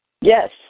Yes